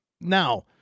now